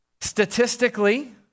Statistically